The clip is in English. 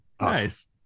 Nice